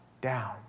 down